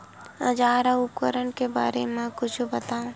औजार अउ उपकरण के बारे मा कुछु बतावव?